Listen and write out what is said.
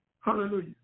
Hallelujah